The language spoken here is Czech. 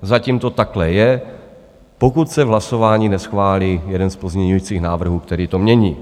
Zatím to takhle je, pokud se v hlasování neschválí jeden z pozměňujících návrhů, který to mění.